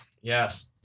Yes